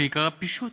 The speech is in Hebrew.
שעיקרה פישוט,